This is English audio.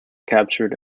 captured